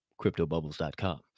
CryptoBubbles.com